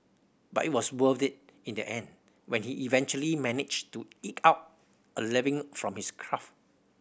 but it was worth it in the end when he eventually managed to eke out a living from his craft